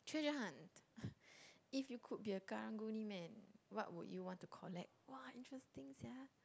treasure hunt if you could be a karang-guni man what would you want to collect !wah! interesting sia